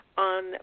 on